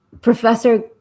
Professor